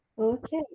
okay